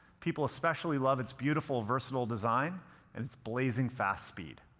people especially love its beautiful, versatile design and its blazing fast speed.